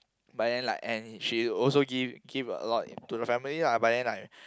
but then like and she also give give a lot to the family lah but then like